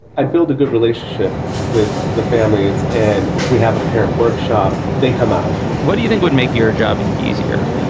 i build a good relationship with the families and if we have a parent workshop, they come out what do you think would make your job easier,